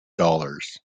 dollars